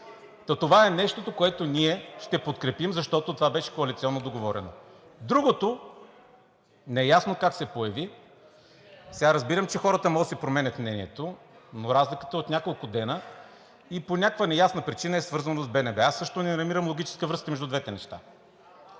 това е нещото, което ние ще подкрепим, защото това беше коалиционно договорено. Другото неясно как се появи. Сега разбирам, че хората могат да си променят мнението, но разликата е от няколко дни, и по някаква неясна причина е свързано с БНБ. Аз също не намирам логическа връзка между двете неща,